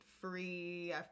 free